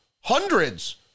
hundreds